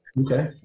Okay